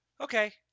Okay